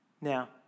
Now